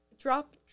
drop